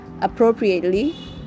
appropriately